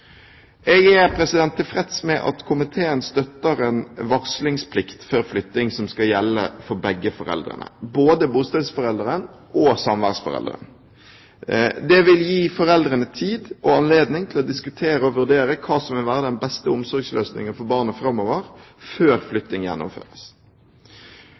Jeg er tilfreds med at komiteen støtter en varslingsplikt før flytting som skal gjelde for begge foreldrene – både bostedsforelderen og samværsforelderen. Det vil gi foreldrene tid og anledning til å diskutere og vurdere hva som vil være den beste omsorgsløsningen for barnet framover, før